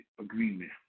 agreement